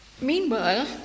Meanwhile